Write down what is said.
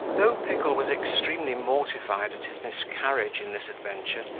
though pickle was extremely mortified at his miscarriage in this adventure,